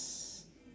~s